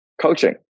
Coaching